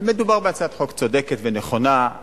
מדובר בהצעת חוק צודקת ונכונה.